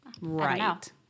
Right